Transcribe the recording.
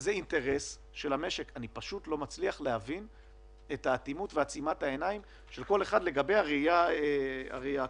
אני לא מצליח להבין את האטימות ואת עצימת העיניים לגבי הראייה הכוללת.